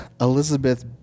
Elizabeth